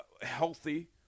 healthy